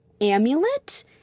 amulet